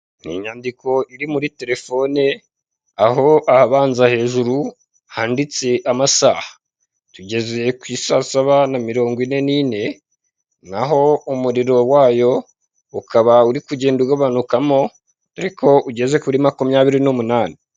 Inyubako nziza cyane itanga amacumbi kandi ikaba yafasha abayigana ikaba ifite ahantu heza haba aho kogera ibyumba byiza cyane.